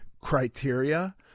criteria